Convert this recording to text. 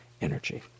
energy